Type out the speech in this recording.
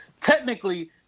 technically